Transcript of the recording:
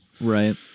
Right